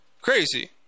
crazy